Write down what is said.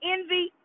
Envy